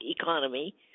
economy